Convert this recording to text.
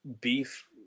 beef